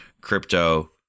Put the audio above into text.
crypto